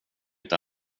inte